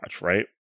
right